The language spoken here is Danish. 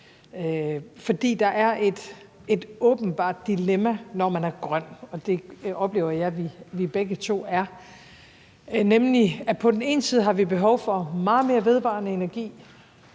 for der er et åbenbart dilemma, når man er grøn, og det oplever jeg at vi begge to er, nemlig at på den ene side har vi behov for meget mere vedvarende energi,